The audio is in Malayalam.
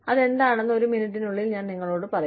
അത് എന്താണെന്ന് ഒരു മിനിറ്റിനുള്ളിൽ ഞാൻ നിങ്ങളോട് പറയും